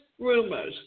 rumors